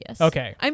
Okay